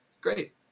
Great